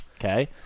okay